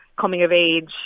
coming-of-age